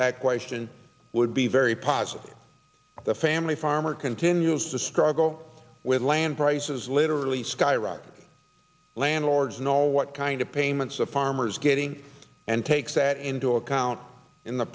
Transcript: that question would be very positive the family farmer continues to struggle with land prices literally skyrocketing landlords know what kind of payments of farmers getting and takes that into account in the